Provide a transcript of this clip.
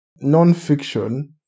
non-fiction